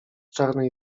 czarnej